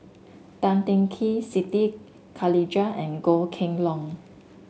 Tan Teng Kee Siti Khalijah and Goh Kheng Long